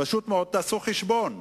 פשוט מאוד, תעשו חשבון.